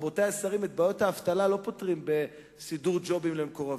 רבותי השרים: את בעיות האבטלה לא פותרים בסידור ג'ובים למקורבים.